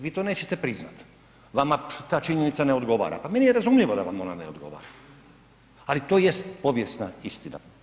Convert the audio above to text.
Vi to nećete priznati, vama ta činjenica ne odgovara, pa meni je razumljivo da vam ona ne odgovara, ali to jest povijesna istina.